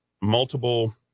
multiple –